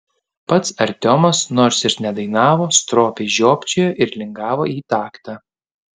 pats artiomas nors ir nedainavo stropiai žiopčiojo ir lingavo į taktą